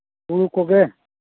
ᱦᱩᱲᱩ ᱠᱚᱜᱮ